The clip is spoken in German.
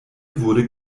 wurde